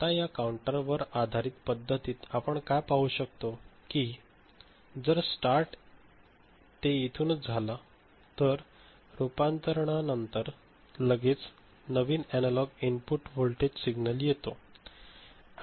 आता या काउंटरवर आधारित पध्दतीत आपण काय पाहू शकतो की जर स्टार्ट ते येथूनच झाला तर रूपांतरणानंतर लगेच नवीन एनालॉग इनपुट व्होल्टेज सिग्नल येतो